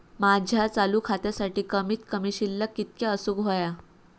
माझ्या चालू खात्यासाठी कमित कमी शिल्लक कितक्या असूक होया?